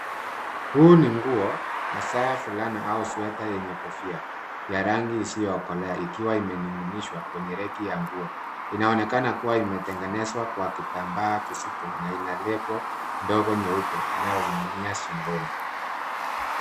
Huu ni nguo hasa fulana au sweta yenye kofia ya rangi isiyokolea ikiwa imening'inishwa kwenye reki ya nguo. Inaonekana kuwa imetengenezwa kwa kitambaa kizito na ina lebo ndogo nyeupe inayoning'inia shingoni.